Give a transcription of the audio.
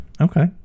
Okay